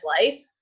life